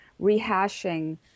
rehashing